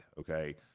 okay